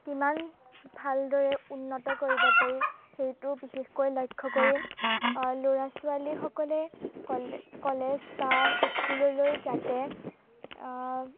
কিমান ভালদৰে উন্নত কৰিব পাৰি সেইটো বিশেষকৈ লক্ষ্য কৰিম ল'ৰা ছোৱালীসকলে কলেজ বা স্কুললৈ যাতে